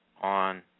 on